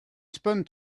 spun